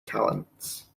talents